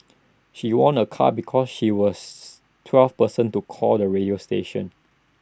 she won A car because she was twelfth person to call the radio station